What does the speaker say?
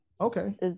okay